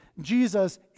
Jesus